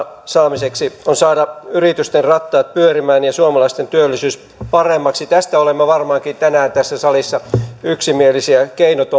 saamiseksi on saada yritysten rattaat pyörimään ja suomalaisten työllisyys paremmaksi tästä olemme varmaankin tänään tässä salissa yksimielisiä keinot